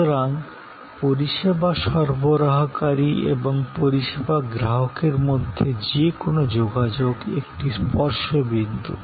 সুতরাং পরিষেবা সরবরাহকারী এবং পরিষেবা গ্রাহকের মধ্যে যে কোনও যোগাযোগ একটি স্পর্শ বিন্দু